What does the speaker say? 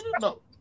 No